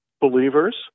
believers